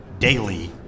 daily